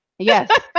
Yes